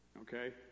Okay